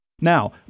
Now